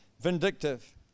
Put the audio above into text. vindictive